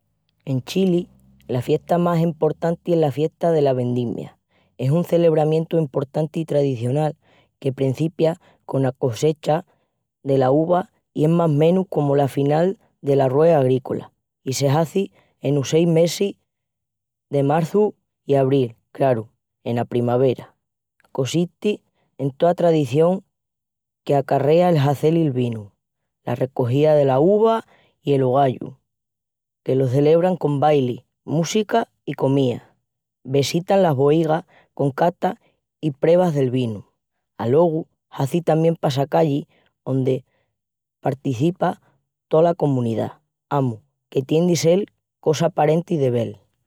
En Chili la fiesta más emportanti es la Fiesta dela Vendimia. Es un celebramientu emportanti i tradicional que prencipia cona cogecha dela uva i es más menus comu la final dela ruea agrícola, i se hazi enos mesis de marçu i abril, craru, ena primavera. Consisti en tola tradición qu'acarrea el hazel el vinu: la recoja la uva i el hollau, que lo celebran con bailis, músicas i comía. Vesitan las boigas con catas i prevas del vinu. Alogu hazi tamién passacallis ondi partecipa tola comunidá. Amus que tien de sel cosa aparenti de vel.